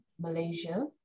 Malaysia